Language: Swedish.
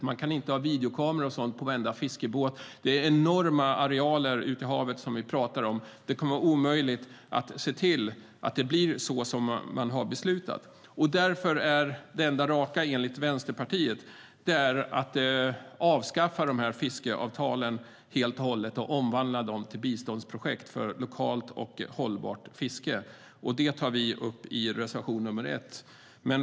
Man kan inte ha videokameror på varenda fiskebåt, och det är enorma arealer ute på haven som vi talar om. Det kommer att vara omöjligt att se till att det blir så som man har beslutat. Därför är det enda raka enligt Vänsterpartiet att avskaffa dessa fiskeavtal helt och hållet och omvandla dem till biståndsprojekt för lokalt och hållbart fiske. Detta tar vi upp i reservation nr 1. Herr talman!